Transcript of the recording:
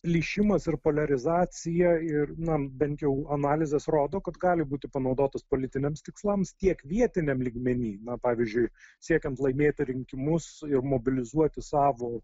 plyšimas ir poliarizacija ir na bent jau analizės rodo kad gali būti panaudotos politiniams tikslams tiek vietiniam lygmeny na pavyzdžiui siekiant laimėti rinkimus ir mobilizuoti savo